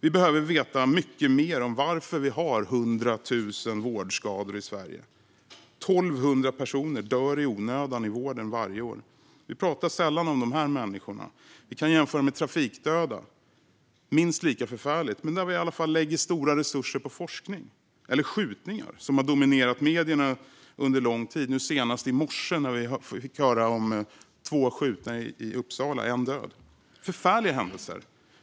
Vi behöver veta mycket mer om varför vi har 100 000 vårdskador i Sverige. 1 200 personer dör i onödan i vården varje år. Vi pratar sällan om dessa människor. Vi kan jämföra med trafikdöden, som är minst lika förfärlig men där vi i alla fall lägger stora resurser på forskning, eller med skjutningar, som har dominerat medierna under lång tid nu. Senast i morse fick vi höra om två skjutna i Uppsala, en död. Det är förfärliga händelser.